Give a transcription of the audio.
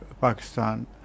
Pakistan